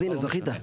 אז הנה, זכיתי.